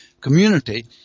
community